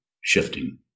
shifting